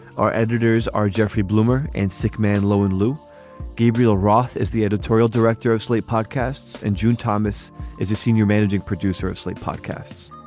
our editors are jeffrey blumer and sickmann low and lou gabriel roth is the editorial director of slate podcasts and june thomas is a senior managing producer of slate podcasts.